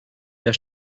der